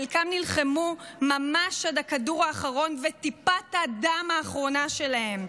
חלקם נלחמו ממש עד הכדור האחרון וטיפת הדם האחרונה שלהם.